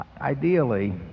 Ideally